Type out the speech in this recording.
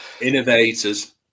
Innovators